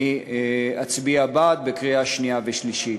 אני אצביע בעד בקריאה השנייה והשלישית.